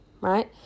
right